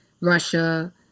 Russia